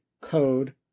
code